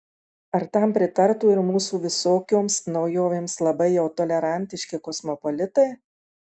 ar tam pritartų ir mūsų visokioms naujovėms labai jau tolerantiški kosmopolitai